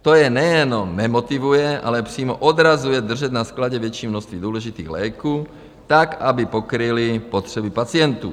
To je nejenom nemotivuje, ale přímo odrazuje držet na skladě větší množství důležitých léků tak, aby pokryly potřeby pacientů.